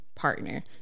Partner